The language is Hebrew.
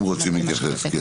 אם רוצים להתייחס.